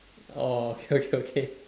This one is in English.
orh okay okay okay